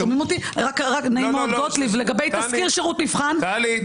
לגבי תסקיר שירות מבחן,